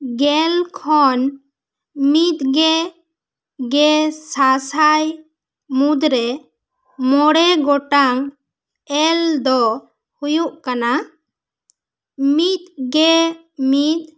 ᱜᱮᱞ ᱠᱷᱚᱱ ᱢᱤᱫᱜᱮ ᱜᱮᱥᱟᱥᱟᱭ ᱢᱩᱫᱽ ᱨᱮ ᱢᱚᱬᱮ ᱜᱚᱴᱟᱝ ᱮᱞ ᱫᱚ ᱦᱩᱭᱩᱜ ᱠᱟᱱᱟ ᱢᱤᱫ ᱜᱮᱢᱤᱫ